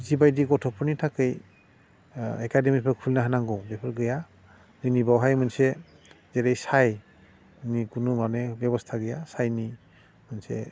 जिबायदि गथ'फोरनि थाखाय एकाडेमिखौ खुलिना होनांगौ बेफोर गैया जोंनि बावहाय मोनसे जेरै साईनि खुनु माने बेबस्था गैया साईनि मोनसे